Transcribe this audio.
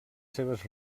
seves